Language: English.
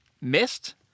missed